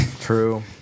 True